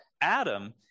Adam